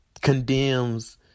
condemns